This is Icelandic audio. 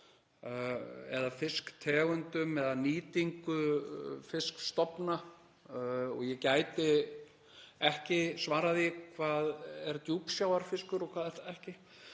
eða fisktegundum eða nýtingu fiskstofna. Ég gæti ekki svarað því hvað er djúpsjávarfiskur og hvað ekki